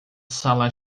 sala